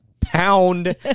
pound